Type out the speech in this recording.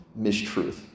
mistruth